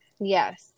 Yes